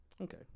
Okay